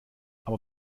aber